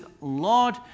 Lord